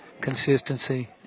consistency